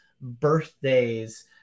birthdays